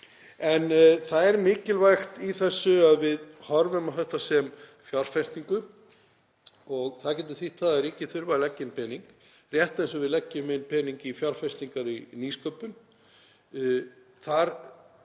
Það er mikilvægt í þessu að við horfum á þetta kerfi sem fjárfestingu og það getur þýtt að ríkið þurfi að leggja fram pening, rétt eins og við leggjum pening í fjárfestingar í nýsköpun. Við